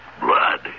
Blood